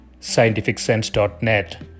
scientificsense.net